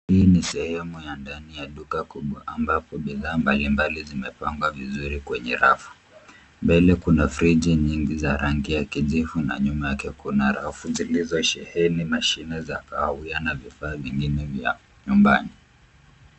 Hii ni sehemu ya ndani ya duka kubwa ambapo bidhaa mbali mbali zimepangwa vizuri kwenye rafu. Mbele kuna friji nyingi za rangi ya kijivu na nyuma yake kuna rafu zilizosheheni mashine za kahawia na vifaa vingine vya nyumbani.